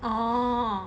oh